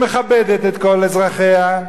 שמכבדת את כל אזרחיה,